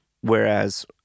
whereas